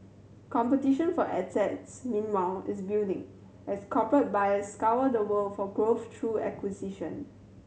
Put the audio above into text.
competition for assets meanwhile is building as corporate buyers scour the world for growth through acquisition